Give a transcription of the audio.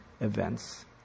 events